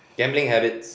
gambling habits